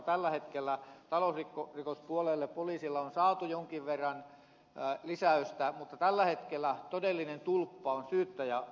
tällä hetkellä talousrikospuolelle poliisille on saatu jonkin verran lisäystä mutta tällä hetkellä todellinen tulppa on syyttäjäpuolella